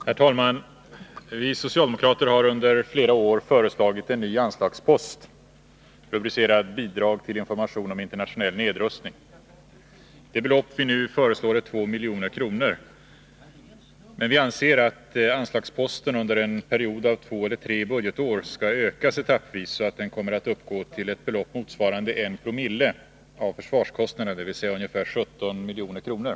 Herr talman! Vi socialdemokrater har nu under flera år föreslagit en ny anslagspost rubricerad ”Bidrag till information om internationell nedrustning”. Det belopp vi nu föreslår är 2 milj.kr., men vi anser att anslagsposten under en period av två eller tre budgetår skall ökas etappvis så att den kommer att uppgå till ett belopp motsvarande 1 promille av försvarskostnaderna, dvs. ungefär 17 milj.kr.